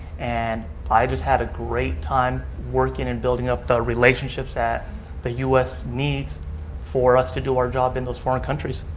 and i just had a great time working and building up the relationships that the u s. needs for us do our job in those foreign countries.